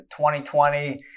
2020